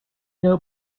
know